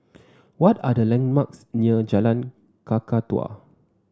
what are the landmarks near Jalan Kakatua